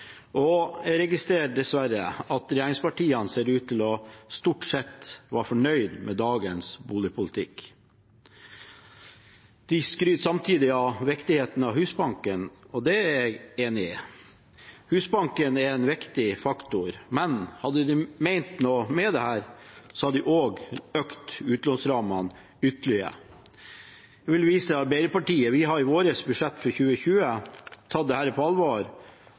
Jeg registrerer, dessverre, at regjeringspartiene stort sett ser ut til å være fornøyd med dagens boligpolitikk. De skryter samtidig av viktigheten av Husbanken. Jeg er enig i at Husbanken er en viktig faktor, men hadde de ment dette, hadde de også økt utlånsrammene ytterligere. Jeg vil vise til Arbeiderpartiet. Vi har i vårt budsjett for 2020 tatt dette på alvor